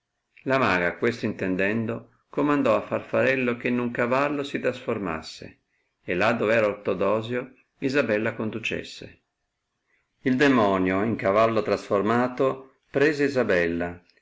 la maga questo intendendo comandò a farfarello che in un cavallo si trasformasse e là dove era ortodosio isabella conducesse il demonio in cavallo trasformato prese isabella